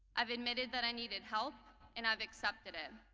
i've admitted that i needed help and i've accepted it.